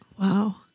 Wow